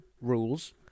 rules